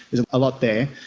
there's a lot there.